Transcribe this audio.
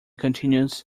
continues